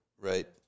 Right